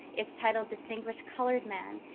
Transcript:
it's titled distinguished colored man.